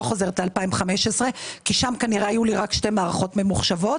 חוזרת ל-2015 כי שם כנראה היו לי רק שתי מערכות ממוחשבות.